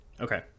okay